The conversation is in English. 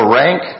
rank